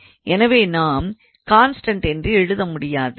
எனவே நாம் கான்ஸ்டண்ட் என்று எழுத முடியாது